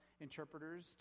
interpreters